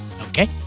Okay